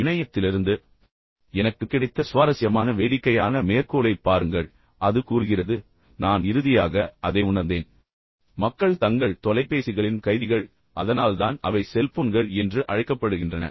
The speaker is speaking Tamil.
இணையத்திலிருந்து எனக்கு கிடைத்த சுவாரஸ்யமான வேடிக்கையான மேற்கோளைப் பாருங்கள் அது கூறுகிறது நான் இறுதியாக அதை உணர்ந்தேன் மக்கள் தங்கள் தொலைபேசிகளின் கைதிகள் அதனால்தான் அவை செல்போன்கள் என்று அழைக்கப்படுகின்றன